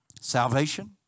Salvation